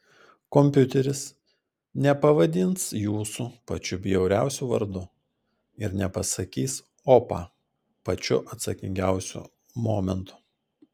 kompiuteris nepavadins jūsų pačiu bjauriausiu vardu ir nepasakys opa pačiu atsakingiausiu momentu